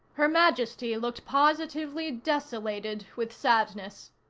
her majesty looked positively desolated with sadness.